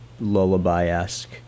lullaby-esque